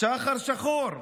שחר שחור,